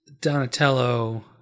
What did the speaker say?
Donatello